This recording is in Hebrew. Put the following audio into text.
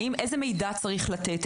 איזה מידע צריך לתת,